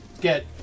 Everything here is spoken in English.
get